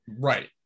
Right